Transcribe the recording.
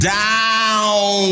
down